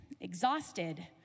exhausted